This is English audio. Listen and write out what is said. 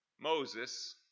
Moses